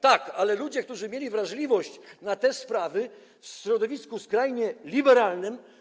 Tak, ale ludzie, którzy mieli wrażliwość na te sprawy w środowisku skrajnie liberalnym.